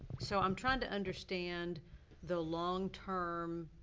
so i'm tryin' to understand the long-term,